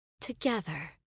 together